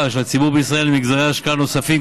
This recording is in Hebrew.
לציבור בישראל של מגזרי השקעה נוספים,